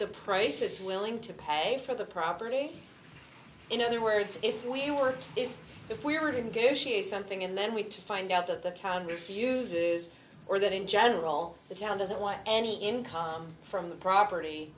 the price it's willing to pay for the property in other words if we were if if we were to gain share something and then we to find out that the town refuses or that in general the town doesn't want any income from the property